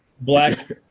Black